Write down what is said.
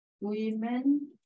women